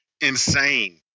insane